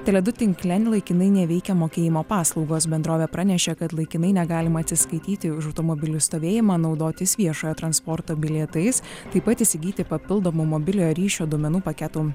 tele du tinkle laikinai neveikė mokėjimo paslaugos bendrovė pranešė kad laikinai negalima atsiskaityti už automobilių stovėjimą naudotis viešojo transporto bilietais taip pat įsigyti papildomų mobiliojo ryšio duomenų paketų